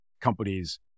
companies